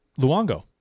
Luongo